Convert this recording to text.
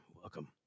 welcome